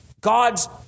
God's